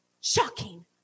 Shocking